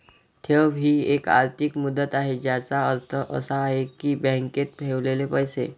ठेव ही एक आर्थिक मुदत आहे ज्याचा अर्थ असा आहे की बँकेत ठेवलेले पैसे